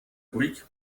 ruhig